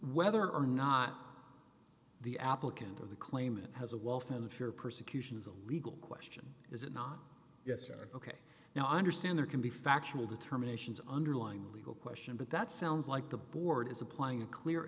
whether or not the applicant or the claimant has a well founded fear of persecution is a legal question is it not yes or ok now i understand there can be factual determinations underlying legal question but that sounds like the board is applying a clear